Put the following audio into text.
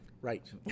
Right